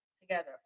together